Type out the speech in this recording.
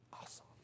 awesome